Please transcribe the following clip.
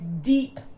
deep